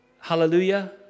Hallelujah